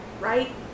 right